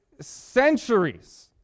centuries